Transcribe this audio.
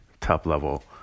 top-level